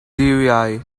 gui